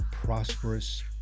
prosperous